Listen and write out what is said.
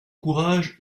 courage